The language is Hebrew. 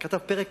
הוא כתב פרק